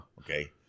Okay